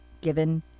given